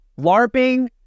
larping